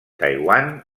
taiwan